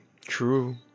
true